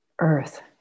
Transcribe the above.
earth